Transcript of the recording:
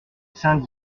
saint